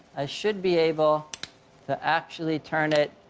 i should be able to actually turn it,